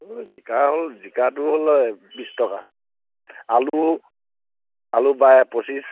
ও জিকা হ'ল জিকাটো হ'লে বিছ টকা আলু আলু বা পঁচিছ